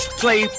play